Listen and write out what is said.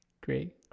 Great